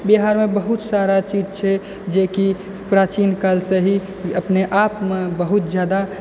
बिहारमे बहुत सारा चीज छै जेकि प्राचीन कालसँ ही अपने आपमे बहुत जादा